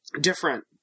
different